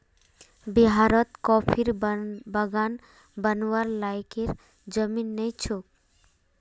बिहारत कॉफीर बागान बनव्वार लयैक जमीन नइ छोक